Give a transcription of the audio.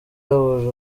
yahuje